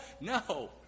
No